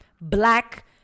black